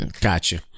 Gotcha